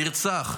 נרצח,